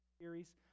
series